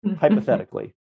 hypothetically